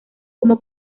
como